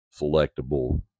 selectable